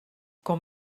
com